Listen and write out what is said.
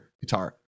guitar